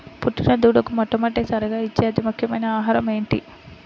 పుట్టిన దూడకు మొట్టమొదటిసారిగా ఇచ్చే అతి ముఖ్యమైన ఆహారము ఏంటి?